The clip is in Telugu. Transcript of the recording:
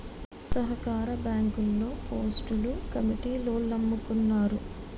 సహకార బ్యాంకుల్లో పోస్టులు కమిటీలోల్లమ్ముకున్నారు